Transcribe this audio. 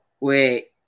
Wait